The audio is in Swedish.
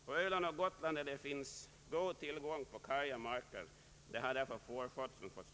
På öland och Gotland, där det finns god tillgång på karga marker, har därför fårskötseln fått stor betydelse.